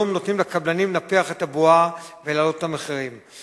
היום נותנים לקבלנים לנפח את הבועה ולהעלות את המחירים.